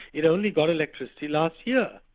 it only got electricity last yeah